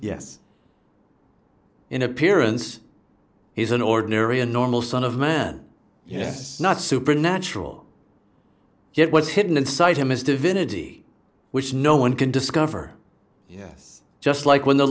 yes in appearance is an ordinary a normal son of man yes not supernatural it was hidden inside him as divinity which no one can discover yet just like when the